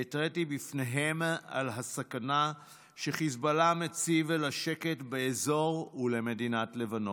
והתרעתי בפניהם על הסכנה שחיזבאללה מציב לשקט באזור ולמדינת לבנון.